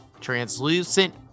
Translucent